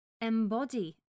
embody